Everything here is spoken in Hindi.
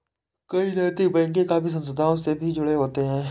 कई नैतिक बैंक काफी संस्थाओं से भी जुड़े होते हैं